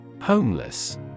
Homeless